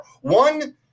one